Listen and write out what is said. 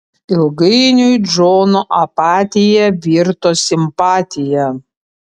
ilgainiui džono apatija virto simpatija